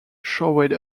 showed